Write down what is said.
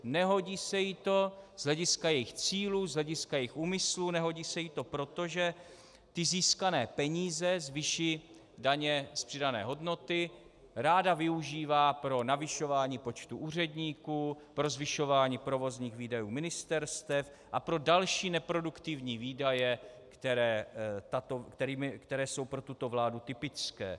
Nehodí se jí to z hlediska jejích cílů, z hlediska jejích úmyslů, nehodí se jí to proto, že získané peníze z vyšší daně z přidané hodnoty ráda využívá pro navyšování počtu úředníků, pro zvyšování provozních výdajů ministerstev a pro další neproduktivní výdaje, které jsou pro tuto vládu typické.